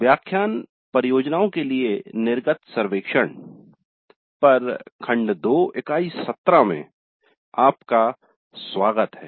व्याख्यान "परियोजनाओं के लिए निर्गत सर्वेक्षण" पर खंड 2 इकाई 17 में आपका स्वागत है